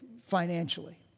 financially